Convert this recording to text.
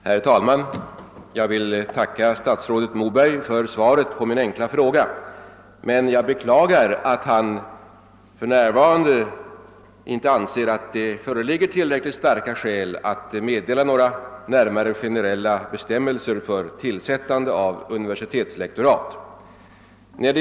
Herr talman! Jag tackar statsrådet Moberg för svaret på min enkla fråga, men beklagar att han anser att det för närvarande inte föreligger tillräckligt starka skäl för att meddela några närmare generella bestämmelser beträffande tillsättande av universitetslektorat.